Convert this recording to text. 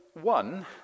one